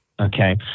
Okay